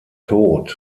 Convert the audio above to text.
tod